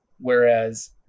whereas